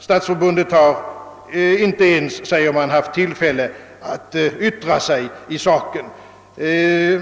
Stadsförbundet har inte ens beretts tillfälle att yttra sig i saken.